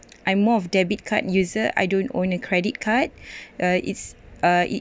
I'm more of debit card user I don't own a credit card ah it's ah it